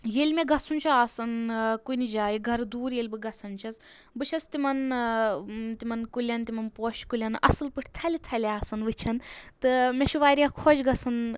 ییٚلہِ مےٚ گژھُن چھُ آسَان کُنہِ جایہِ گَرٕ دوٗر ییٚلہِ بہٕ گژھَان چھَس بہٕ چھس تِمَن تِمَن کُلؠن تِمن پوشہِ کُلؠن اَصٕل پٲٹھۍ تھلہِ تھلہِ آسَان وٕچھَان تہٕ مےٚ چھُ واریاہ خۄش گژھان